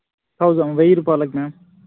thousand వెయ్యి రూపాయలకి ma'am